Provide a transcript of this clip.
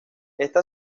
esta